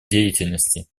деятельности